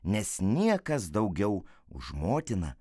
nes niekas daugiau už motiną